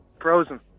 Frozen